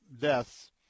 deaths